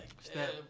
Step